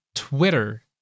Twitter